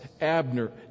Abner